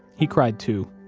he cried too.